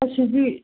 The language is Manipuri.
ꯑꯁꯤꯗꯤ